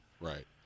Right